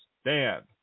stand